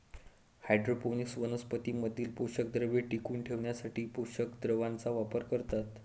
hydroponics वनस्पतीं मधील पोषकद्रव्ये टिकवून ठेवण्यासाठी पोषक द्रावणाचा वापर करतात